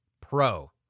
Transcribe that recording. Pro